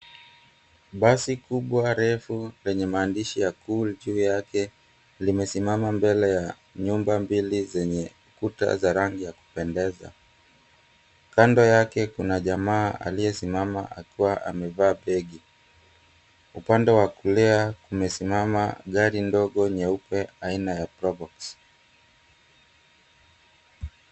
Basi kubwa refu lenye maandishi ya, Cool juu yake limesimama mbele ya nyumba mbili zenye kuta za rangi ya kupendeza. Kando yake kuna jamaa aliyesimama akiwa amevaa begi. Upande wa kulia kumesimama gari ndogo nyeupe aina ya Probox.